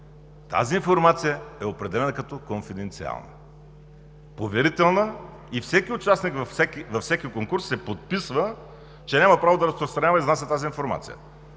тази информация е определена като конфиденциална, поверителна и всеки участник във всеки конкурс се подписва, че няма право да разпространява и изнася тази информация.